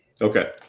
Okay